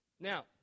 Now